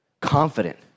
Confident